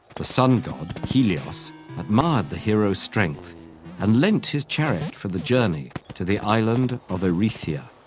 the sun god helios admired the hero's strength and lent his chariot for the journey to the island of erytheia.